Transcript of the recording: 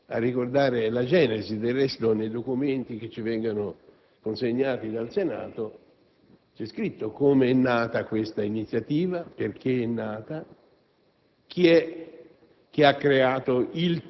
il mio amico senatore Zanone, a ricordarne la genesi: del resto nei documenti che ci vengono consegnati dagli uffici del Senato è scritto come è nata questa iniziativa, perché è nata,